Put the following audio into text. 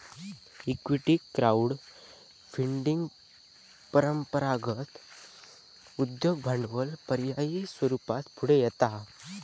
equity crowd funding परंपरागत उद्योग भांडवल पर्याय स्वरूपात पुढे येता हा